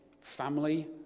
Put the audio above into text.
family